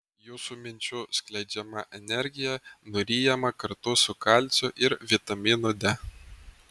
jūsų minčių skleidžiama energija nuryjama kartu su kalciu ir vitaminu d